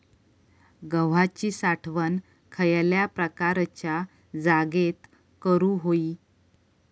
गव्हाची साठवण खयल्या प्रकारच्या जागेत करू होई?